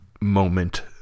moment